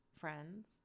friends